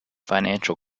financial